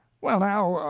well, now,